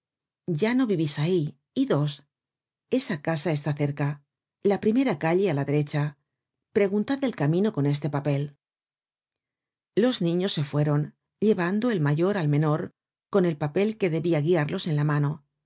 ya no vivís ahí idos esa casa está cerca la primera calle á la derecha preguntad el camino con este papel los niños se fueron llevando el mayor al menor con el papel que debia guiarlos en la mano